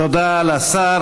תודה לשר.